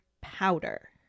powder